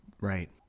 Right